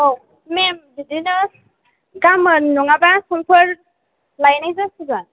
आव मेम बिदिनो गामोन नङाबा समफोर लायनाय जासिगोन